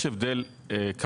מה